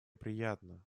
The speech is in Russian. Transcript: приятно